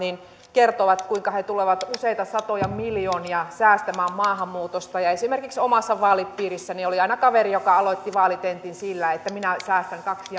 kertoivat kuinka he tulevat useita satoja miljoonia säästämään maahanmuutosta esimerkiksi omassa vaalipiirissäni oli aina kaveri joka aloitti vaalitentin sillä että minä säästän kaksi